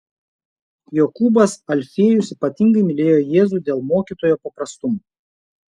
jokūbas alfiejus ypatingai mylėjo jėzų dėl mokytojo paprastumo